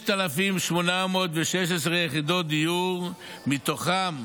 6,816 יחידות דיור מתוכן